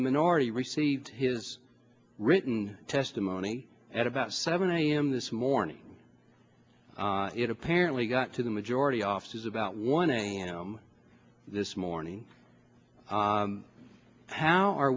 the minority received his written testimony at about seven a m this morning it apparently got to the majority offices about one a m this morning how are